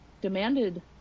demanded